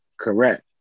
Correct